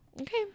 Okay